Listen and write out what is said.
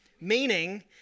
meaning